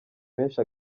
benshi